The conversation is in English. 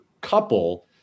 couple